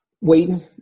Waiting